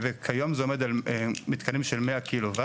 וכיום זה עומד על מתקנים של 100 קילוואט.